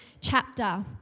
chapter